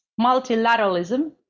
multilateralism